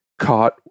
caught